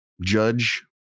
judge